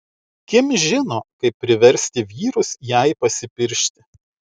kim žino kaip priversti vyrus jai pasipiršti